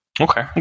Okay